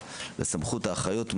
הבריאות.